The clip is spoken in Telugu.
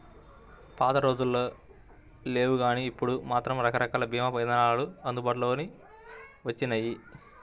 పాతరోజుల్లో లేవుగానీ ఇప్పుడు మాత్రం రకరకాల భీమా ఇదానాలు అందుబాటులోకి వచ్చినియ్యి